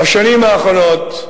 בשנים האחרונות,